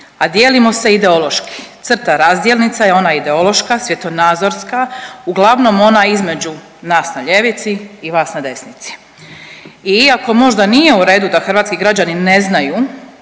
a dijelimo se ideološki. Crta razdjelnica je ona ideološka, svjetonazorska, uglavnom ona između nas na ljevici i vas na desnici i iako možda nije u redu da hrvatski građani ne znaju